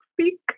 speak